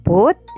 Put